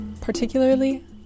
particularly